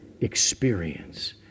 experience